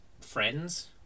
friends